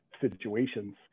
situations